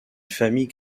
famille